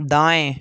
दाएं